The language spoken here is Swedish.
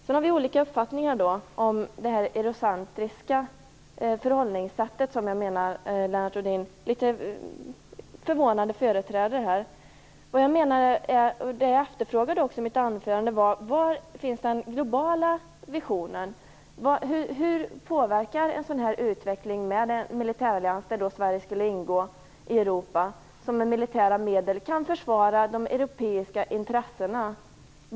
Vi har olika uppfattningar om det eurocentriska förhållningssätt som jag menar att Lennart Rohdin litet förvånande företräder. I mitt anförande efterfrågade jag var den globala visionen finns. Hur påverkar en sådan här utveckling, med en militärallians i Europa - där Sverige skulle ingå - som med militära medel kan försvara de europeiska intressena?